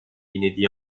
inédit